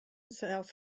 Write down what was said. south